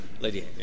Lady